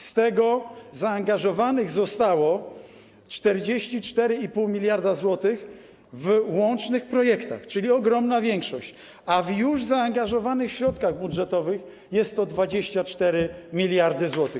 Z tego zaangażowanych zostało 44,5 mld zł w łącznych projektach, czyli ogromna większość, a w już zaangażowanych środkach budżetowych są 24 mld zł.